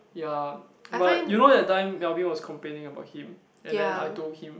ya but you know that time Melvin was complaining about him and then I told him